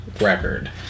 record